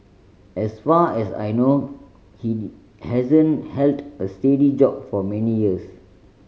as far as I know he hasn't held a steady job for many years